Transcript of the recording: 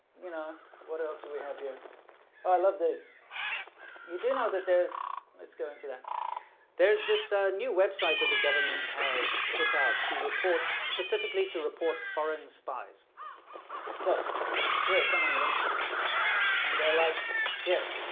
you know, what else would we have you i love those you do know that there's let's go into them there's this new website that the government has put out to report specifically to report foreign spies so here's someone links it and they're like here